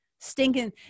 Stinking